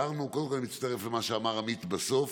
קודם כול, אני מצטרף למה שאמר עמית בסוף,